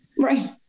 Right